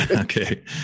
Okay